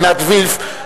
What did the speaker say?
עינת וילף,